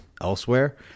elsewhere